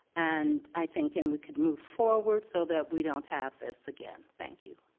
and i think and we can move forward so that we don't have this again, thank you.